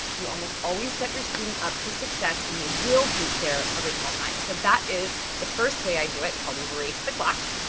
you almost always set your student up for success and they will will beat their original time. so that is the first way i do it called race the clock.